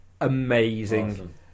amazing